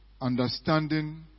Understanding